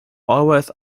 always